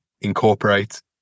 incorporate